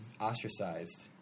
ostracized